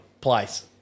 place